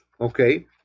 okay